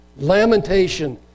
lamentation